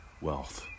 wealth